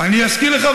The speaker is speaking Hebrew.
אני אזכיר לך,